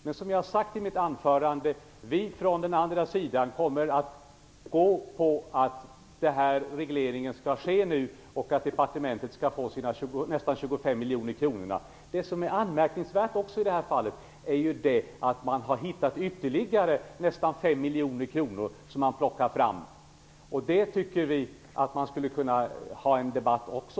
Men som jag har sagt i mitt anförande kommer vi från den andra sidan att gå på linjen att regleringen skall ske nu, och att departementet skall få sina nästan 25 miljoner kronor. Det som också är anmärkningsvärt i detta fall är att Socialdemokraterna har hittat ytterligare nästan fem miljoner kronor som man plockar fram. Det skulle vi också kunna ha en debatt om.